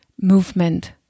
movement